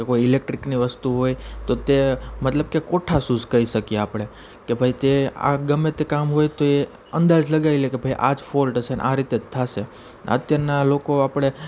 કે કોઈ ઇલેક્ટ્રીકની વસ્તુ હોય તો તે મતલબ કે કોઠાસૂઝ કહી શકીએ આપણે કે ભાઈ તે આ ગમે તે કામ હોય તો એ અંદાજ લગાવી લે કે ભાઈ આ જ ફોલ્ટ હશે ને આ રીતે જ થશે અત્યારનાં લોકો આપણે